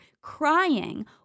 crying